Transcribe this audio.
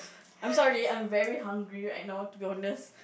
I'm sorry I'm very hungry right now to be very honest